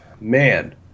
man